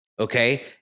Okay